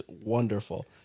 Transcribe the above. wonderful